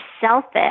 selfish